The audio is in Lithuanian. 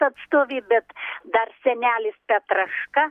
atstovė bet dar senelis petraška